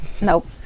nope